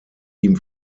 ihm